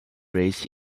raised